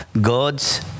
God's